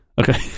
okay